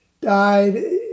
died